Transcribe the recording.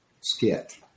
skit